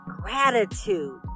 Gratitude